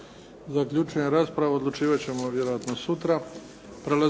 Zaključujem raspravu. Odlučivat ćemo vjerojatno sutra.